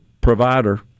provider